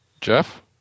Jeff